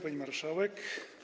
Pani Marszałek!